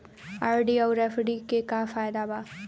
RD आउर FD के का फायदा बा?